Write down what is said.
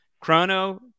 Chrono